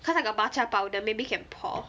cause I got matcha powder maybe can pour